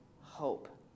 hope